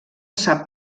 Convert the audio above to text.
sap